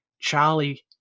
Charlie